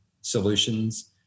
solutions